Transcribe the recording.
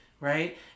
right